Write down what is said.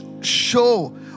show